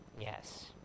yes